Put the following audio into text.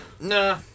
Nah